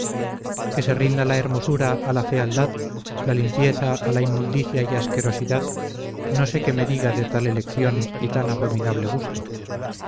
que se rinda la hermosura a la fealdad la limpieza a la inmundicia y asquerosidad no sé qué me diga de tal elección y tan abominable gusto